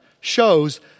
shows